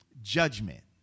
Judgment